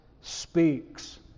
speaks